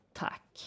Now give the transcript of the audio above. tack